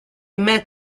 met